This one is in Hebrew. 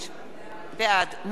בעד משה יעלון,